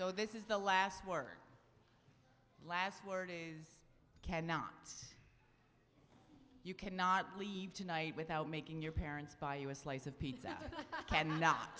so this is the last word last word cannot you cannot leave tonight without making your parents buy you a slice of pizza and not